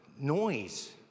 noise